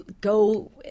go